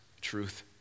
truth